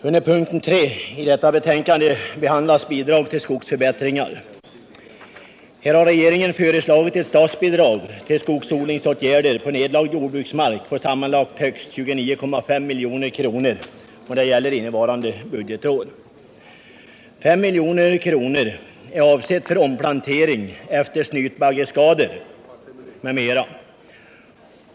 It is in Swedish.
Herr talman! Under punkten 3 i detta betänkande behandlas Bidrag till skogsförbättringar. Här har regeringen föreslagit ett statsbidrag till skogsodlingsåtgärder på nedlagd jordbruksmark på sammanlagt högst 29,5 milj.kr. för innevarande budgetår. 5 milj.kr. är avsett för omplantering efter snytbaggeskador m.m.